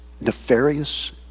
nefarious